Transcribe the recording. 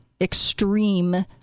extreme